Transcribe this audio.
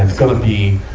it's gonna be,